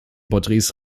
porträts